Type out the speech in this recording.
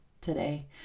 today